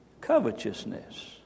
covetousness